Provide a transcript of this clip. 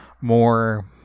more